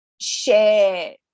share